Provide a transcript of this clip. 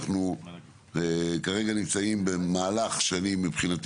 אנחנו כרגע נמצאים במהלך שאני מבחינתי